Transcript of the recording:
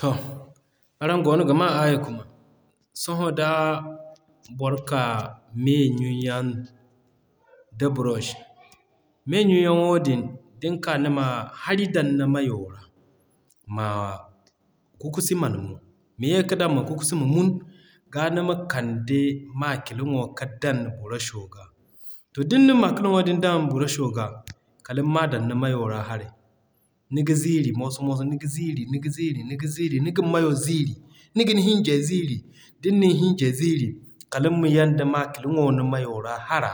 To, araŋ goono ga maa aayi kuma. Sohõ da boro ka me ɲun yaŋ da brush. Me ɲun yaŋo din, din k'a nima hari dan ni mayo ra, ma kukusi man munu ma ye ka dan ma kukusi ma munu. Ga nima kande makilino ka dan brusho ga. To din na makilino din dan brusho ga, kaliŋ ma dan ni mayo ra haray. Niga ziiri moso-moso niga ziiri niga ziiri niga ziiri ni gin mayo ziiri, ni gin Hinjey ziiri, din nin hinjay, kaliŋ ma yanda makilino ni mayo ra hara.